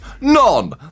None